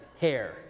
hair